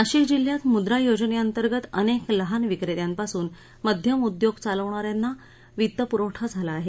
नाशिक जिल्ह्यात मुद्रा योजनेअंतर्गत अनेक लहान विक्रेत्यांपासून मध्यम उद्योग चालविणाऱ्यांना वित्त पुरवठा झाला आहे